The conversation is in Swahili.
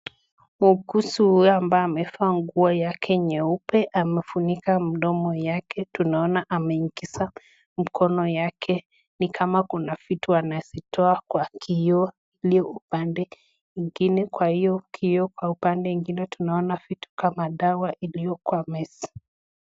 Muuguzi huyo mbaye amevaa nguo yake nyeupe amefunika mdomo yake tunaona ameingiza mkono yake nikama kuna kitu anazitoa kwa kioo ile upande ingine kwa hio kioo au upande ingine tunaona kitu kama dawa ilikua meza.